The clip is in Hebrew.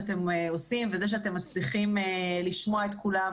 את כולם,